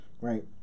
right